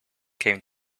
came